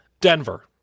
Denver